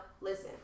Listen